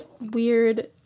weird